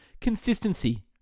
Consistency